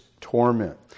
torment